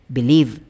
Believe